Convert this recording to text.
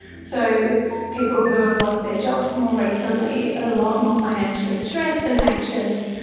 so people who who have lost their jobs more recently are a lot more financially stressed and anxious.